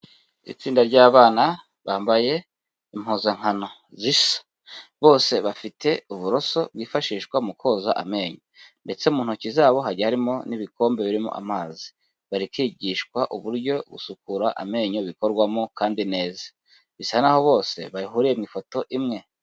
Itsinda ry'abana bambaye impuzankano zisa, bose bafite uburoso bwifashishwa mu koza amenyo ndetse mu ntoki zabo hagiye harimo n'ibikombe birimo amazi, bari kwigishwa uburyo gusukura amenyo bikorwamo kandi neza, bisa n'aho bose bahuriye mu ifoto imwe.